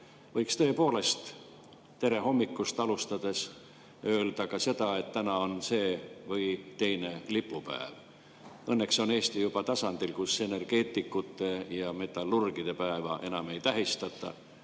võiks tõepoolest hommikut alustades öelda ka seda, et täna on see või teine lipupäev. Õnneks on Eesti juba tasandil, kus energeetikute ja metallurgide päeva enam ei tähistata,